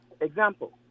example